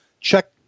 check